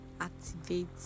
activate